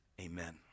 Amen